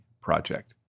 Project